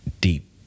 deep